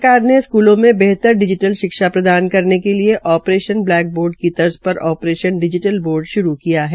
सरकार ने स्कूलों में बेहतर डिजीटल् शिक्षा प्रदान करने के लिये आप्रेशन ब्लैक बोर्ड की तर्ज पर आप्रेशन डिजीटल बोर्ड श्रू किया है